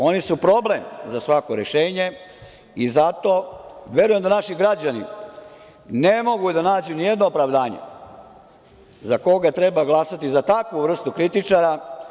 Oni su problem za svako rešenje i zato verujem da naši građani ne mogu da nađu nijedno opravdanje za koga treba glasati, za takvu vrstu kritičara.